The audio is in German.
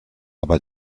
aber